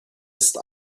ist